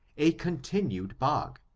a continued bog,